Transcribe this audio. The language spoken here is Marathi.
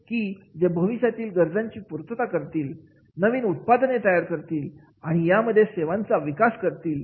की जे भविष्यातील गरजांची पूर्तता करतील नवीन उत्पादने तयार करतील आणि यामध्ये सेवांचा विकास करतील